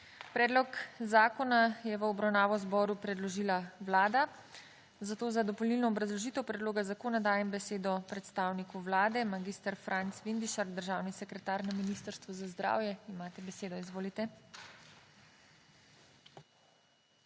Predlog zakona je v obravnavo zboru predložila Vlada, zato za dopolnilno obrazložitev predloga zakona dajem besedo predstavniku Vlade. Mag. Franc Vindišar, državni sekretar na Ministrstvu za zdravje, imate besedo. Izvolite.